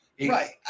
Right